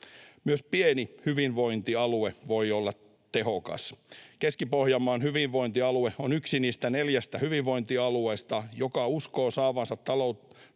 Myös pieni hyvinvointialue voi olla tehokas. Keski-Pohjanmaan hyvinvointialue on yksi niistä neljästä hyvinvointialueesta, jotka uskovat saavansa